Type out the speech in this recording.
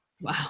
wow